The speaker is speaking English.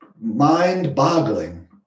Mind-boggling